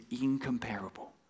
incomparable